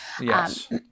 Yes